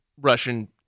Russian